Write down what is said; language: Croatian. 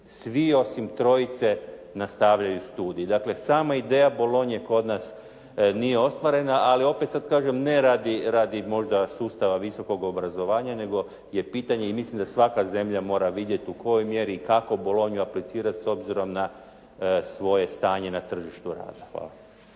svi osim trojice nastavljaju studij. Dakle samo ideja Bolonje koda nas nije ostvarena, ali opet sada kažem ne radi možda sustava visokog obrazovanja nego je pitanje i mislim da svaka zemlja mora vidjeti u kojoj mjeri i kako Bolonju aplicirati s obzirom na svoje stanje na tržištu rada. Hvala.